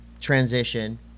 transition